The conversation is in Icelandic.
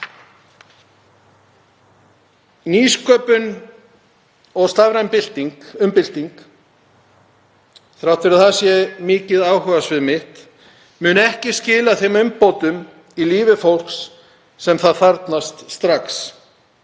nýsköpun og stafræn umbylting — þrátt fyrir að það sé mikið áhugasvið mitt — mun ekki skila þeim umbótum í lífi fólks sem það þarfnast strax.